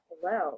hello